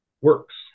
works